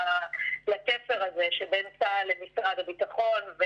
לתפר הזה שבין צה"ל למשרד הביטחון,